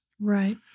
Right